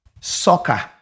soccer